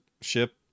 ship